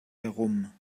herum